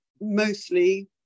mostly